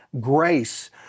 grace